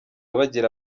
bagira